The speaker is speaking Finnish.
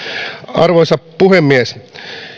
arvoisa puhemies